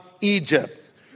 Egypt